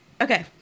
Okay